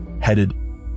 headed